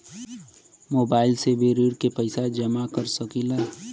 Mobile से भी ऋण के पैसा जमा कर सकी ला?